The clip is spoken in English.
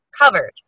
covered